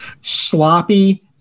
sloppy